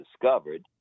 discovered